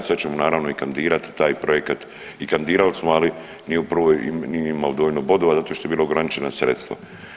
Sad ćemo naravno i kandidirati taj projekat i kandidirali smo, ali nije u prvoj, nije imao dovoljno bodova zato što su bila ograničena sredstva.